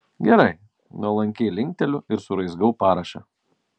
gerai nuolankiai linkteliu ir suraizgau parašą